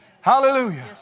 Hallelujah